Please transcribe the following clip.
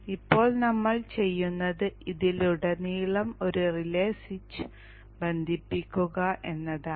ഇപ്പോൾ നമ്മൾ ചെയ്യുന്നത് ഇതിലുടനീളം ഒരു റിലേ സ്വിച്ച് ബന്ധിപ്പിക്കുക എന്നതാണ്